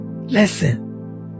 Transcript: Listen